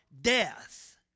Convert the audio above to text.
death